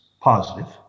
positive